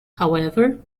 however